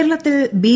കേരളത്തിൽ ബി